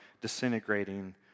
disintegrating